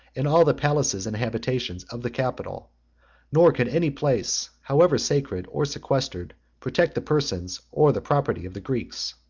in all the palaces and habitations, of the capital nor could any place, however sacred or sequestered, protect the persons or the property of the greeks.